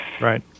Right